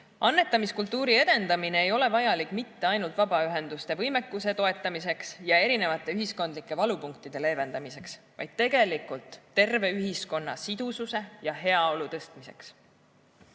Annetamiskultuuri edendamine ei ole vajalik mitte ainult vabaühenduste võimekuse toetamiseks ja erinevate ühiskondlike valupunktide leevendamiseks, vaid tegelikult terve ühiskonna sidususe ja heaolu tõstmiseks.